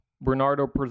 Bernardo